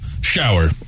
Shower